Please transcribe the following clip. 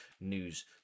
news